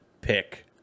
pick